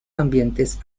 ambientes